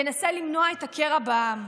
ינסה למנוע את הקרע בעם.